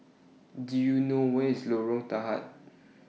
Do YOU know Where IS Lorong Tahar